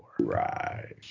right